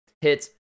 hits